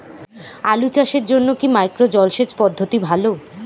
আলু চাষের জন্য কি মাইক্রো জলসেচ পদ্ধতি ভালো?